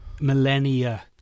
millennia